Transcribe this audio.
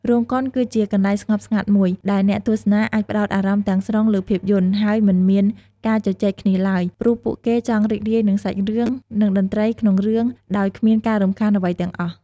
រោងកុនគឺជាកន្លែងស្ងប់ស្ងាត់មួយ ដែលអ្នកទស្សនាអាចផ្ដោតអារម្មណ៍ទាំងស្រុងលើភាពយន្ត ហើយមិនមានការជជែកគ្នាឡើយ ព្រោះពួកគេចង់រីករាយនឹងសាច់រឿង និងតន្ត្រីក្នុងរឿងដោយគ្មានការរំខានអ្វីទាំងអស់។